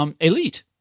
elite